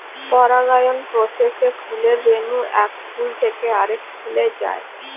পরাগায়ন প্রসেসে ফুলের রেণু এক ফুল থেকে আরেক ফুলে যায়